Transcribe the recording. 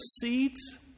seeds